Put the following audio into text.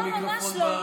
לא, ממש לא.